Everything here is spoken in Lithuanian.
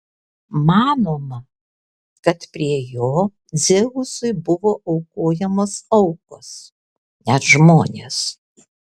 manoma kad prie jo dzeusui buvo aukojamos aukos net žmonės